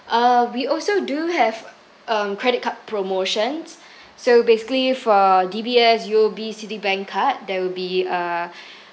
uh we also do have um credit card promotions so basically for D_B_S U_O_B citibank card there will be a